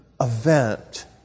event